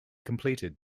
completed